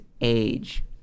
age